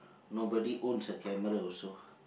nobody owns a camera also